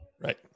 right